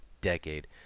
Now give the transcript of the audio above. decade